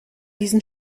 diesen